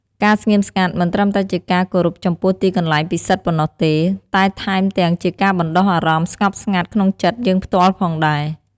ការស្ងៀមស្ងាត់មិនត្រឹមតែជាការគោរពចំពោះទីកន្លែងពិសិដ្ឋប៉ុណ្ណោះទេ តែថែមទាំងជាការបណ្ដុះអារម្មណ៍ស្ងប់ស្ងាត់ក្នុងចិត្តយើងផ្ទាល់ផងដែរ។